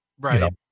right